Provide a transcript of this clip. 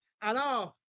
Alors